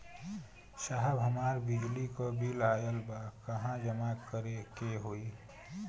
साहब हमार बिजली क बिल ऑयल बा कहाँ जमा करेके होइ?